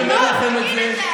תגיד את זה על שר הבריאות שלהם.